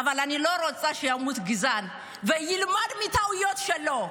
אבל אני לא רוצה שימות גזען, שילמד מהטעויות שלו.